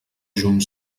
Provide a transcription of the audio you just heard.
juny